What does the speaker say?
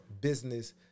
business